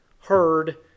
heard